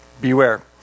Beware